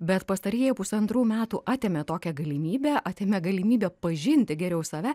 bet pastarieji pusantrų metų atėmė tokią galimybę atėmė galimybę pažinti geriau save